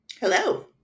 Hello